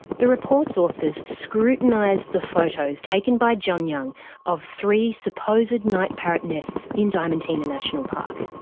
the report's authors scrutinised the photos taken by john young of three supposed night parrot nests in diamantina national park.